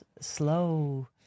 slow